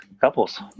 couples